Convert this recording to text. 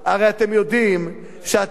הרי אתם יודעים שאתם,